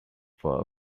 for